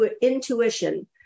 intuition